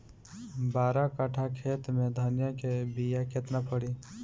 बारह कट्ठाखेत में धनिया के बीया केतना परी?